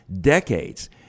decades